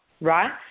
right